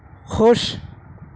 خوش